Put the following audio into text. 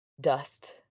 dust